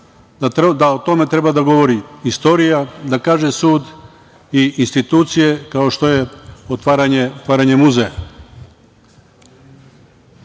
da o tome treba da govori istorija, da kaže sud i institucije, kao što je otvaranje muzeja. Mi